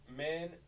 men